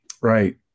Right